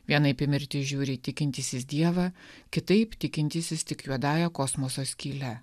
vienaip į mirtį žiūri tikintis į dievą kitaip tikintysis tik juodąja kosmoso skyle